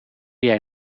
jij